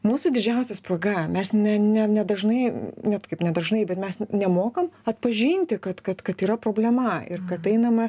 mūsų didžiausia spraga mes ne ne nedažnai net kaip nedažnai bet mes nemokam atpažinti kad kad kad yra problema ir kad einama